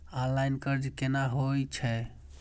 Online कर्ज केना होई छै?